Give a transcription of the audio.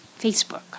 Facebook